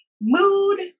mood